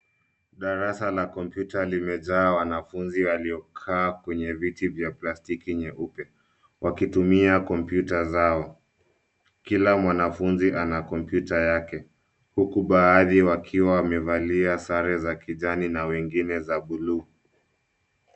Darasa la kompyuta limejaa wanafunzi waliokaa kwenye viti vya plastiki nyeupe wakitumia kompyuta zao. Kila mwanafunzi ana kompyuta yake, huku baadhi wakiwa wamevalia sare za kijani na wengine za buluu.